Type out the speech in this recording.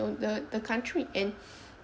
you know the the country and